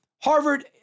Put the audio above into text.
Harvard